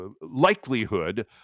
likelihood